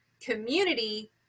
Community